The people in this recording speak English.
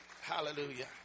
Hallelujah